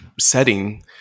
setting